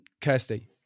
Kirsty